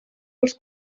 els